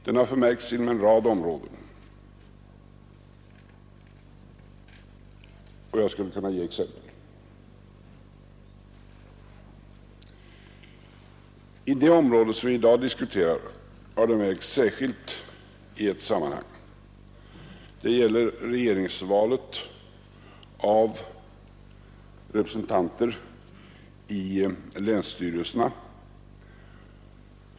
Den har förmärkts inom en rad områden, och jag skulle kunna ge exempel på detta. På det område som vi i dag diskuterar har den märkts särskilt i ett sammanhang. Det gäller regeringens val av representanter i länsstyrelserna.